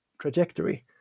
trajectory